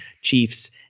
Chiefs